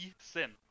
Sin